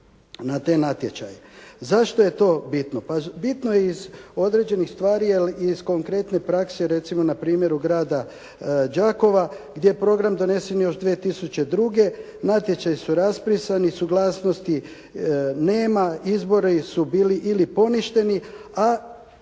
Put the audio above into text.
na te natječaje. Zašto je to bitno? Pa bitno je iz određenih stvari, ali i iz konkretne prakse recimo na primjeru grada Đakova, gdje je program donesen još 2002., natječaji su raspisani, suglasnosti nema, izbori su bili ili poništeni, a